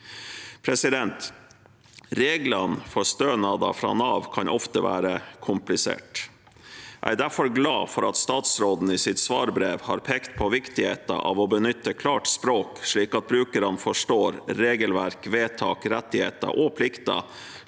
Trygderetten. Reglene for stønader fra Nav kan ofte være kompliserte. Jeg er derfor glad for at statsråden i sitt svarbrev har pekt på viktigheten av å benytte klart språk, slik at brukerne forstår regelverk, vedtak, rettigheter og plikter,